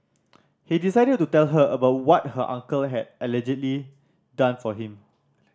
he decided to tell her about what her uncle had allegedly done for him